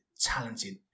talented